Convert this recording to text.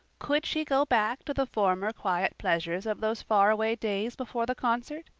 could she go back to the former quiet pleasures of those faraway days before the concert?